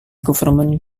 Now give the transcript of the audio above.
government